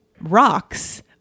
rocks